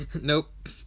Nope